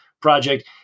project